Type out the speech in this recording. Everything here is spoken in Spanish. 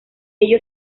ello